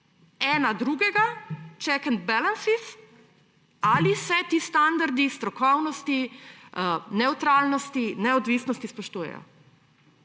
eden drugega, checks and balances, ali se ti standardi strokovnosti, nevtralnosti, neodvisnosti spoštujejo.